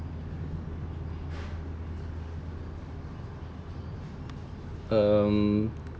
um